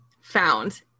found